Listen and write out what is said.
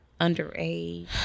underage